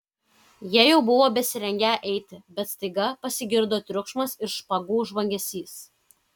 jie jau buvo besirengią eiti bet staiga pasigirdo triukšmas ir špagų žvangesys